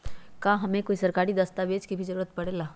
का हमे कोई सरकारी दस्तावेज के भी जरूरत परे ला?